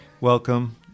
Welcome